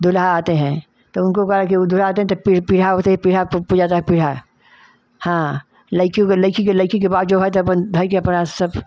दूल्हा आते हैं तो उनको कहा कि उ दुल्हा आते हैं त पीढ़ा होते है पीढ़ा प पूजा जाता है पीढ़ा हाँ लइकियो लइकी के लइकी के बात जो है त अपन धई के अपन आ सब